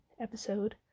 episode